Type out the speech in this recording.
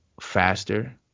faster